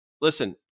Listen